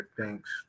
thanks